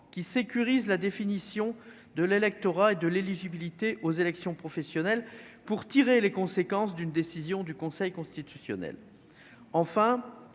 qui sécurisent la définition de l'électorat et de l'éligibilité aux élections professionnelles pour tirer les conséquences d'une décision du Conseil constitutionnel, enfin,